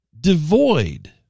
devoid